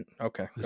Okay